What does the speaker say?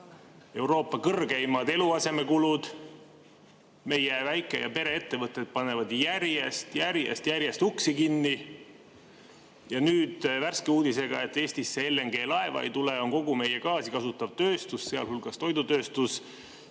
Euroopa kõrgeimad eluasemekulud. Meie väike- ja pereettevõtted panevad järjest-järjest-järjest uksi kinni. Ja nüüd värske uudise [valguses], et Eestisse LNG-laeva ei tule, on kogu meie gaasi kasutav tööstus, sealhulgas toidutööstus,